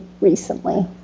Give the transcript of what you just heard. recently